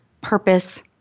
purpose